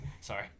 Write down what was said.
Sorry